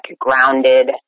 grounded